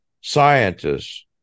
scientists